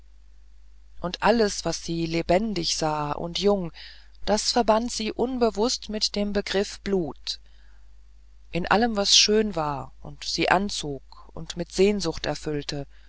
und alles was sie lebendig sah und jung das verband sie unbewußt mit dem begriff blut in allem was schön war und sie anzog und mit sehnsucht erfüllte